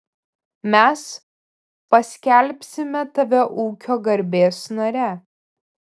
mes paskelbsime tave ūkio garbės nare